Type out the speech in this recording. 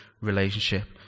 relationship